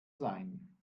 sein